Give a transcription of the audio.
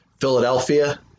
Philadelphia